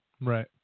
Right